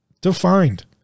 defined